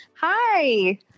Hi